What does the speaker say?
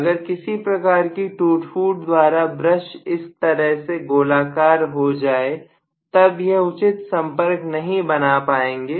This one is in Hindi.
अगर किसी प्रकार की टूट फूट द्वारा ब्रश इस तरह से गोलाकार हो जाए तब यह उचित संपर्क नहीं बना पाएंगे